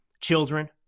children